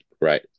right